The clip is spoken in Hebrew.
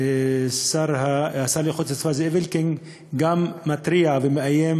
והשר להגנת הסביבה זאב אלקין גם מתריע ומאיים